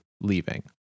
leaving